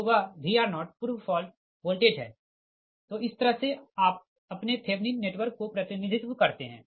तो वह Vr0 पूर्व फॉल्ट वोल्टेज है तो इस तरह से आप अपने थेवनिन नेटवर्क को प्रतिनिधित्व करते है